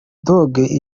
dogg